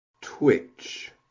twitch